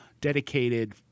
dedicated